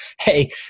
Hey